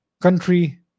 country